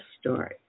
Story